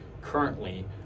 currently